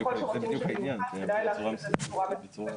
בכל נוסח שנבחר, כדאי להחיל את זה בצורה מסודרת.